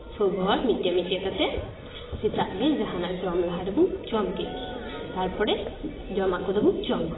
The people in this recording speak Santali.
ᱥᱳᱵ ᱦᱚᱲ ᱢᱤᱫ ᱴᱮᱡ ᱢᱤᱫᱴᱮᱡ ᱠᱟᱛᱮ ᱥᱮᱛᱟᱜ ᱵᱮᱲ ᱡᱟᱦᱟᱱᱟᱜ ᱡᱚᱢ ᱞᱟᱦᱟ ᱨᱮᱵᱚᱱ ᱡᱚᱢ ᱠᱮᱜ ᱜᱮ ᱛᱟᱨᱯᱚᱨᱮ ᱡᱚᱢᱟᱜ ᱠᱚᱫᱚᱵᱚᱱ ᱡᱚᱢᱟ